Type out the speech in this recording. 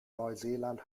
neuseeland